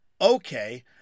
okay